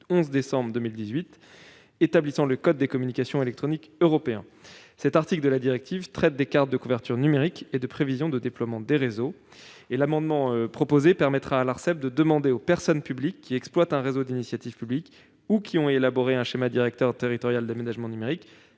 11 décembre 2018 établissant le code des communications électroniques européen. L'article en question traite des cartes de couverture numérique et de prévision de déploiement des réseaux : l'Arcep doit pouvoir demander aux personnes publiques qui exploitent un réseau d'initiative publique ou qui ont élaboré un schéma directeur territorial d'aménagement numérique